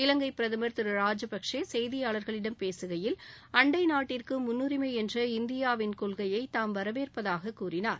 இலங்கை பிரதமர் திரு ராஜபக்சே செய்தியாளர்களிடம் பேசுகையில் அண்டை நாட்டிற்கு முன்னுரிமை என்ற இந்தியாவின் கொள்கையை தாம் வரவேற்பதாகக் கூறினார்